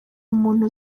umuntu